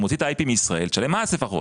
שאם אתם מוציאים את ה-UP מישראל שלמו מס לפחות.